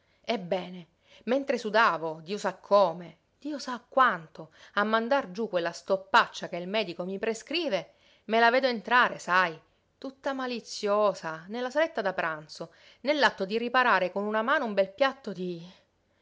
ebbene mentre sudavo dio sa come dio sa quanto a mandar giú quella stoppaccia che il medico mi prescrive me la vedo entrare sai tutta maliziosa nella saletta da pranzo nell'atto di riparare con una mano un bel piatto di